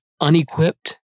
unequipped